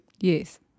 Yes